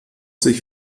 sich